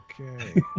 Okay